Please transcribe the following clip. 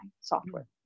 software